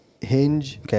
Hinge